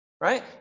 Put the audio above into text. Right